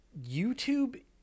YouTube